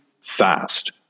fast